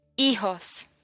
hijos